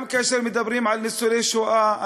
גם כאשר מדברים על ניצולי השואה,